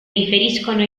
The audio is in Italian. riferiscono